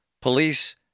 police